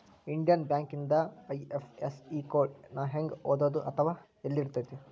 Indian ಬ್ಯಾಂಕಿಂದ IFSC code ನ ಹೆಂಗ ಓದೋದು ಅಥವಾ ಯೆಲ್ಲಿರ್ತೆತಿ?